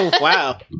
Wow